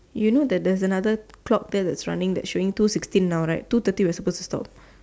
you know that there is another clock that is running that showing two sixteen now right two thirty we are supposed to stop